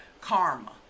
karma